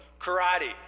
karate